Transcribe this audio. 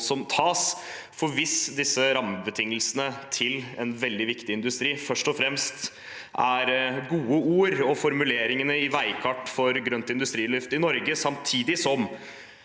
som tas. Hvis disse rammebetingelsene til en veldig viktig industri først og fremst er gode ord og formuleringene i veikartet for grønt industriløft i Norge – samtidig som